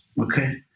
okay